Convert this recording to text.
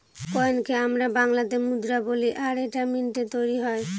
কয়েনকে আমরা বাংলাতে মুদ্রা বলি আর এটা মিন্টৈ তৈরী হয়